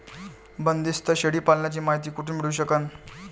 बंदीस्त शेळी पालनाची मायती कुठून मिळू सकन?